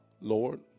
Lord